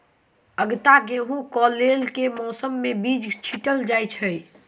आगिता गेंहूँ कऽ लेल केँ मौसम मे बीज छिटल जाइत अछि?